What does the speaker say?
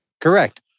Correct